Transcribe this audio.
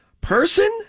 person